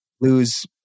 lose